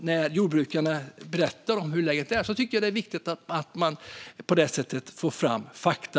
När jordbrukarna berättar om hur läget är, är det viktigt att ta fram fakta.